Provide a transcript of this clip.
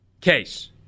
case